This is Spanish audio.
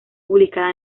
publicada